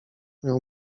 miał